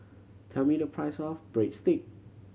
tell me the price of Breadstick